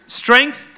strength